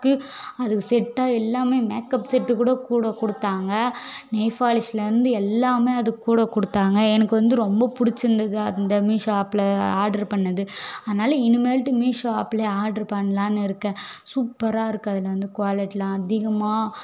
க்கு அதுக்கு செட்டாக எல்லாமே மேக்கப் செட்டுக்கூட கூட கொடுத்தாங்க ஃநெயிஃப் பாலிஷ்லேருந்து எல்லாமே அதுகூட கொடுத்தாங்க எனக்கு வந்து ரொம்ப பிடுச்சிருந்தது அந்த மீஸோ ஆப்பில் ஆர்ட்ரு பண்ணது அதனால் இனிமேல்டு மீஸோ ஆப்லேயே ஆர்ட்ரு பண்ணலானு இருக்கேன் சூப்பராக இருக்குது அதில் வந்து குவாலட்டியெலாம் அதிகமாக